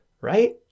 right